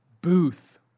Booth